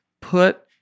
Put